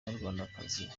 banyarwandakazi